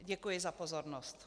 Děkuji za pozornost.